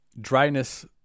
dryness